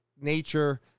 nature